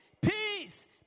peace